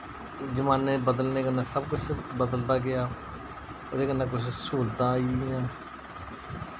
एह् जमाने बदलने कन्नै सब कुछ बदलदा गेआ उ'दे कन्नै कुछ सहूलतां आई गेइयां